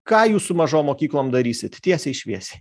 ką jūs su mažom mokyklom darysit tiesiai šviesiai